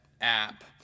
app